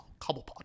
Cobblepot